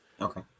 Okay